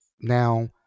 now